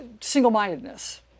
single-mindedness